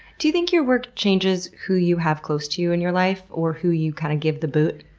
do you think your work changes who you have close to you in your life, or who you, kind of, give the boot?